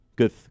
good